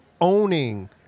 owning